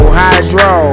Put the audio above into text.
hydro